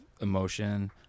emotion